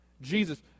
Jesus